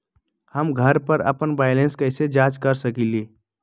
हम घर पर अपन बैलेंस कैसे जाँच कर सकेली?